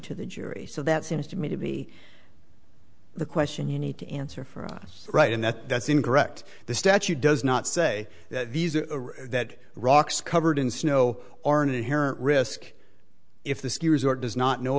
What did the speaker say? to the jury so that seems to me to be the question you need to answer for us right in that that's incorrect the statute does not say that rocks covered in snow are an inherent risk if the ski resort does not know